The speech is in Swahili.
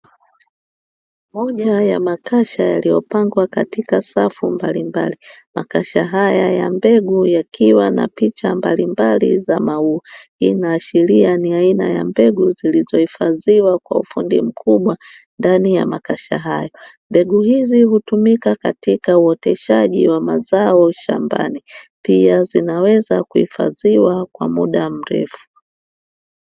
Moja ya makasha yaliyopangwa katika safu mbalimbali. Makasha haya ya mbegu yakiwa na picha mbalimbali za maua. Hii inaashiria ni aina ya mbegu zilizohifadhiwa kwa ufundi mkubwa ndani ya maksha hayo. Mbegu hizi hutumika katika uoteshaji wa mazao shambani, pia zinaweza kuhifadhiwa kwa muda mrefu.